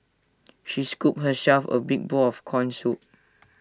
she scooped herself A big bowl of Corn Soup